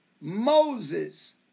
Moses